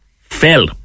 fell